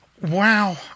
Wow